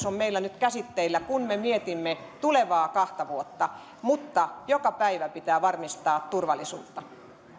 on meillä nyt käsitteillä kun me mietimme tulevaa kahta vuotta mutta joka päivä pitää varmistaa turvallisuutta